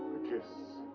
kiss.